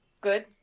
Good